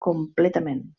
completament